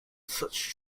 search